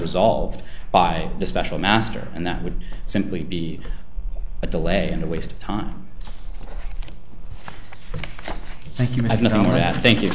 resolved by the special master and that would simply be a delay and a waste of time thank you